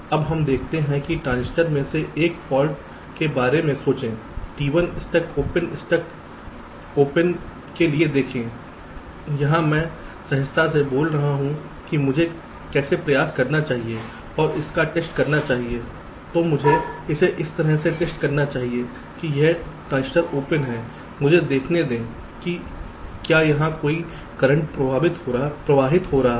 अब हम देखते हैं ट्रांजिस्टर में एक फाल्ट के बारे में सोचें T1 stuck open stuck open के लिए देखें जब मैं सहजता से बोल रहा हूं कि मुझे कैसे प्रयास करना चाहिए और इसका टेस्ट करना चाहिए तो मुझे इसे इस तरह से टेस्ट करना चाहिए कि यह ट्रांजिस्टर ओपन है मुझे देखने दें कि क्या यहाँ कोई करंट प्रवाहित हो सकता है